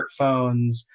smartphones